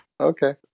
Okay